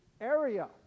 area